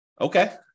Okay